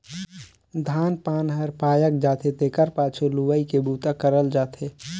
धान पान हर पायक जाथे तेखर पाछू लुवई के बूता करल जाथे